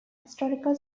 historical